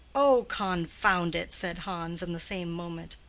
oh, confound it! said hans, in the same moment.